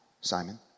Simon